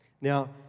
Now